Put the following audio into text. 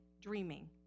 dreaming